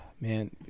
Man